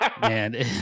Man